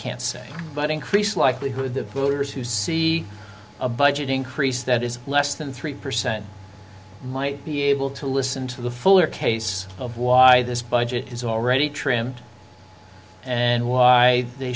can't say but increase likelihood the voters who see a budget increase that is less than three percent might be able to listen to the fuller case of why this budget is already trimmed and why they